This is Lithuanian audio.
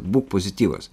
būk pozityvas